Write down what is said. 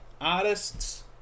artists